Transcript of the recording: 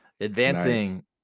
Advancing